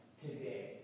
today